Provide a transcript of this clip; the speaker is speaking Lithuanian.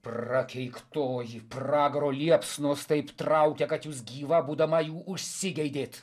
prakeiktoji pragaro liepsnos taip traukia kad jūs gyva būdama jų užsigeidėt